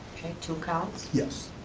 two counts. yes.